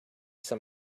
some